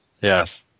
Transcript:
Yes